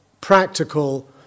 practical